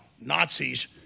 Nazis